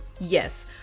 Yes